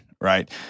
Right